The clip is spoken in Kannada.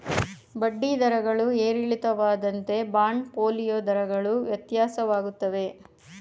ಬಡ್ಡಿ ದರಗಳು ಏರಿಳಿತವಾದಂತೆ ಬಾಂಡ್ ಫೋಲಿಯೋ ದರಗಳು ವ್ಯತ್ಯಾಸವಾಗುತ್ತದೆ